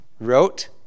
wrote